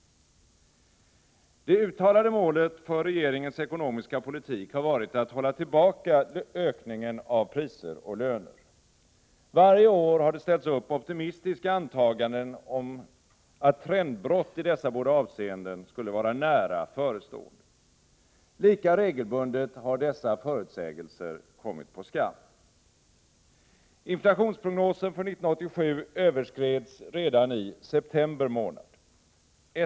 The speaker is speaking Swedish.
Det uttalade målet för regeringens ekonomiska politik har varit att hålla tillbaka ökningen av priser och löner. Varje år har det ställts upp optimistiska antaganden om att trendbrott i dessa båda avseenden skulle vara nära förestående. Lika regelbundet har dessa förutsägelser kommit på skam. Inflationsprognosen för 1987 överskreds redan i september månad.